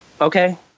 okay